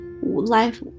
Life